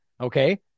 Okay